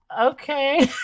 okay